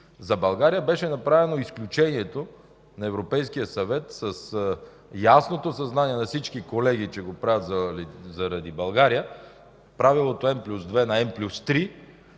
За България беше направено изключението на Европейския съвет – с ясното съзнание на всички колеги, че го правят заради България, правилото N+2 на N+3.